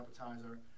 appetizer